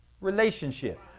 relationship